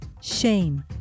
Shame